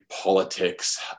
politics